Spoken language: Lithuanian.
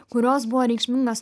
kurios buvo reikšmingos